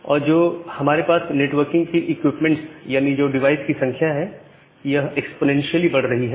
और जो हमारे पास नेटवर्किंग की इक्विपमेंट्स यानी जो डिवाइस की संख्या है यह एक्स्पोनेंटीली बढ़ रही है